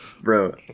bro